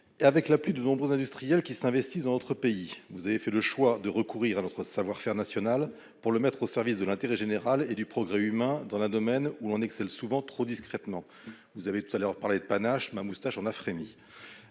avec l'appui de nombreux industriels qui s'investissent dans notre pays. Vous avez fait le choix de recourir à notre savoir-faire national pour le mettre au service de l'intérêt général et du progrès humain, dans un domaine où l'on excelle souvent trop discrètement. Vous avez parlé de panache ... Ma moustache en a frémi